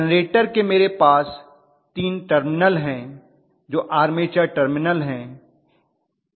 generator के मेरे पास 3 टर्मिनल हैं जो आर्मेचर टर्मिनल हैं